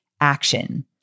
action